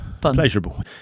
pleasurable